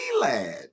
lad